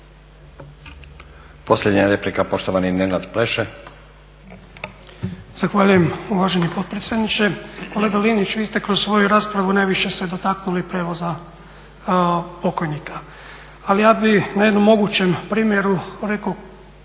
laburisti - Stranka rada)** Zahvaljujem uvaženi potpredsjedniče. Kolega Linić, vi ste kroz svoju raspravu najviše se dotaknuli prijevoza pokojnika, ali ja bih na jednom mogućem primjeru rekao